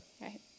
Right